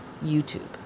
YouTube